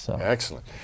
Excellent